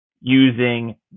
using